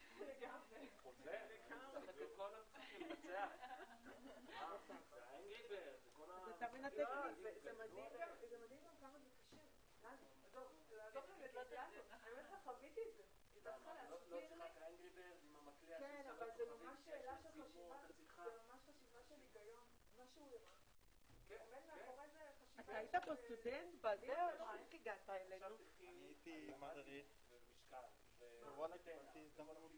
14:04.